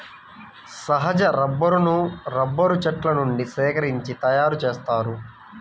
సహజ రబ్బరును రబ్బరు చెట్ల నుండి సేకరించి తయారుచేస్తారు